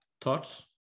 thoughts